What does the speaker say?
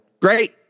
great